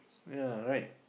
ya right